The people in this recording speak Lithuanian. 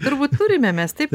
turbūt turime mes taip